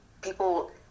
people